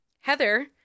heather